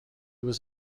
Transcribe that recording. was